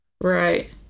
Right